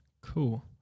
Cool